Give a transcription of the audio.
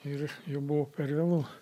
ir jau buvo per vėlu